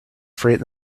freight